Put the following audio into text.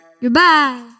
Goodbye